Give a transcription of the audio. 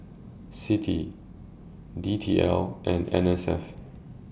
CITI D T L and N S F